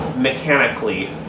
Mechanically